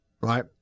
Right